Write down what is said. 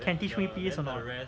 can teach me please or not